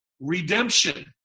redemption